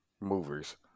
movers